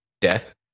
death